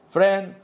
Friend